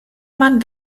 man